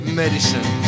medicine